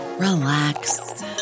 relax